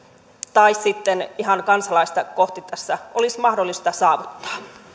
tai sitten ihan kansalaista kohden tässä olisi mahdollista saavuttaa